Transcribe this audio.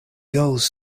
girls